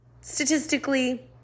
Statistically